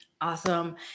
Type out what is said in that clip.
Awesome